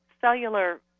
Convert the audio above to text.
cellular